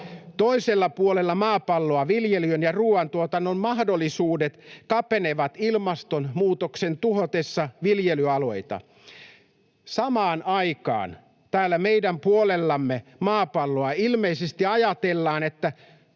Toisella puolella maapalloa viljelyn ja ruuantuotannon mahdollisuudet kapenevat ilmastonmuutoksen tuhotessa viljelyalueita. Samaan aikaan täällä meidän puolella maapalloa ilmeisesti ajatellaan, että